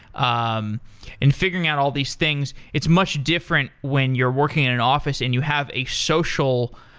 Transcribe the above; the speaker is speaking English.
um and figuring out all these things. it's much different when you're working at an office and you have a social